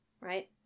right